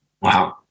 Wow